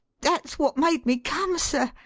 that's wot made me come, sir.